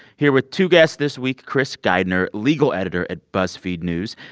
here with two guests this week chris geidner, legal editor at buzzfeed news,